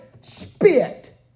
spit